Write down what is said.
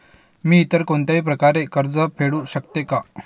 मी इतर कोणत्याही प्रकारे कर्ज फेडू शकते का?